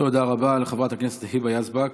תודה רבה לחברת הכנסת היבה יזבק.